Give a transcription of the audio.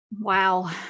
Wow